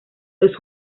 los